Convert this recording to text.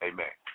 Amen